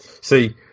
See